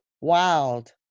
wild